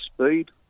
speed